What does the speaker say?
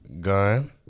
gun